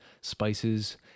spices